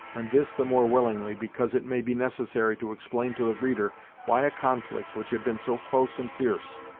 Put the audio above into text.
and this the more willingly because it may be necessary to explain to the reader why a conflict which had been so close and fierce,